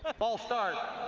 ah false start,